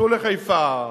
סעו לחיפה,